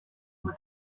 nous